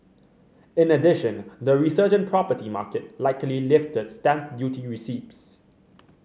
in addition the resurgent property market likely lifted stamp duty receipts